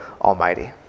Almighty